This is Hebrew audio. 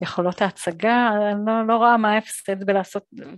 יכולות ההצגה אני לא רואה מה ההפסד בלעשות